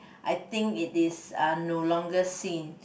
I think it is no longer seen